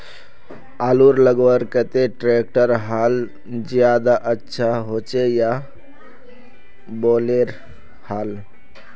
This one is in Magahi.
आलूर लगवार केते ट्रैक्टरेर हाल ज्यादा अच्छा होचे या बैलेर हाल?